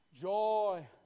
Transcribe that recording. joy